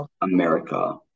America